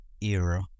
era